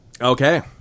okay